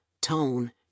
tone